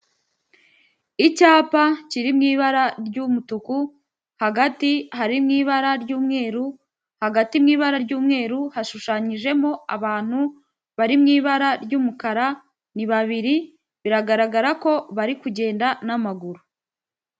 Icyapa kiri mu ibara ry'umutuku hagati hari n'ibara ry'umweru, hagati mu ibara ry'umweru hashushanyijemo abantu bari mu ibara ry'umukara, ni babiri biragaragara ko bari kugenda n'amaguru.